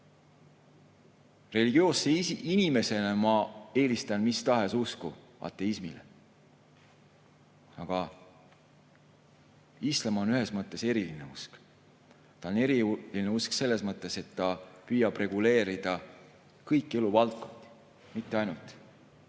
Religioosse inimesena eelistan ma mis tahes usku ateismile. Aga islam on ühes mõttes eriline usk. Ta on eriline usk selles mõttes, et ta püüab reguleerida kõiki eluvaldkondi, mitte ainult